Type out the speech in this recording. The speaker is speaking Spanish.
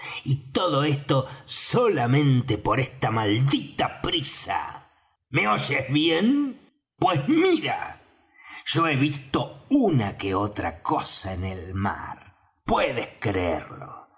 y todo esto solamente por esta maldita prisa me oyes bien pues mira yo he visto una que otra cosa en el mar puedes creerlo